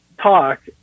talk